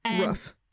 Rough